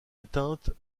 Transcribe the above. éteinte